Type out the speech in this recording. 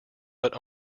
but